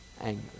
anger